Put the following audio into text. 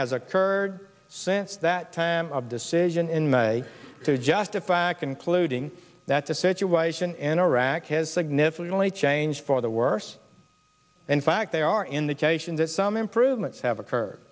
has occurred since that time of decision in may to justify concluding that the situation in iraq has significantly changed for the worse in fact they are in the case in that some improvements have occurred